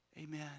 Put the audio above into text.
Amen